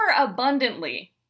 abundantly